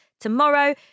Tomorrow